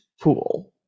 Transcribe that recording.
pool